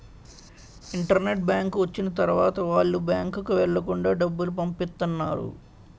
internet bank వచ్చిన తర్వాత వాళ్ళు బ్యాంకుకు వెళ్లకుండా డబ్బులు పంపిత్తన్నారు